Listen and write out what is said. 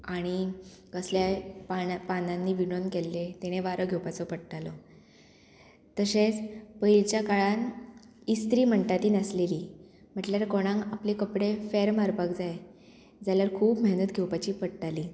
आणी कसल्याय पानां पानांनी विणून केल्ले तेणें वारो घेवपाचो पडटालो तशेंच पयलींच्या काळान इस्त्री म्हणटा ती नासलेली म्हटल्यार कोणाक आपले कपडे फेर मारपाक जाय जाल्यार खूब मेहनत घेवपाची पडटाली